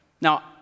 Now